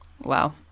Wow